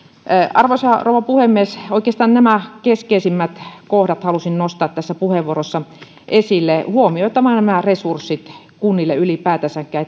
arvoisa rouva puhemies oikeastaan nämä keskeisimmät kohdat halusin nostaa tässä puheenvuorossa esille on huomioitava nämä resurssit kunnille ylipäätänsäkin